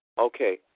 okay